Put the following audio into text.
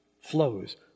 flows